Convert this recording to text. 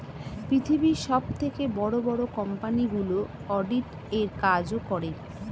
পৃথিবীর সবথেকে বড় বড় কোম্পানিগুলো অডিট এর কাজও করে